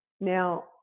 Now